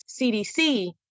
CDC